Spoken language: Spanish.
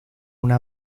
una